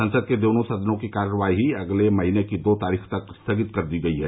संसद के दोनों सदनों की कार्यवाही अगले महीने की दो तारीख तक स्थगित कर दी गई है